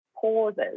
pauses